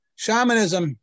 Shamanism